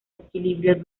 equilibrio